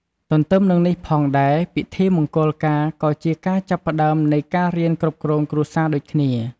ទទ្ទឹមនឹងនេះផងដែរ ពិធីមង្គលការក៏ជាការចាប់ផ្ដើមនៃការរៀនគ្រប់គ្រងគ្រួសារដូចគ្នា។